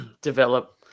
develop